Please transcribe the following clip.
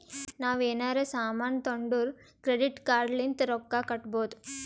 ನಾವ್ ಎನಾರೇ ಸಾಮಾನ್ ತೊಂಡುರ್ ಕ್ರೆಡಿಟ್ ಕಾರ್ಡ್ ಲಿಂತ್ ರೊಕ್ಕಾ ಕಟ್ಟಬೋದ್